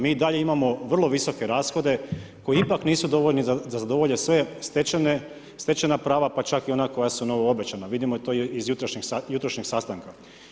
Mi i dalje imamo vrlo visoke rashode koji ipak nisu dovoljni da zadovolje sve stečene, stečena prava pa čak i ona koja su novo obećana, vidimo to i iz jutrošnjeg sastanka.